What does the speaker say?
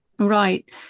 Right